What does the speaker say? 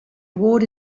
award